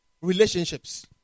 relationships